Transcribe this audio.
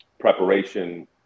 preparation